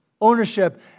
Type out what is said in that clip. Ownership